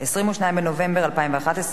אין נמנעים.